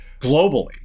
globally